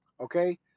okay